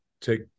take